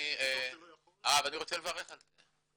אני רוצה לברך על זה,